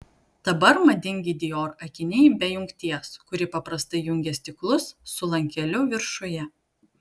dabar madingi dior akiniai be jungties kuri paprastai jungia stiklus su lankeliu viršuje